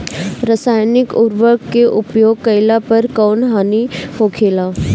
रसायनिक उर्वरक के उपयोग कइला पर कउन हानि होखेला?